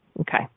Okay